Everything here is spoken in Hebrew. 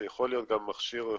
זה יכול להיות גם מכשיר פיזי,